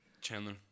Chandler